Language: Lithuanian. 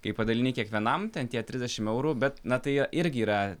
kai padalini kiekvienam ten tie trisdešim eurų bet na tai irgi yra